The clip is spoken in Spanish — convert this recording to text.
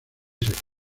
equipos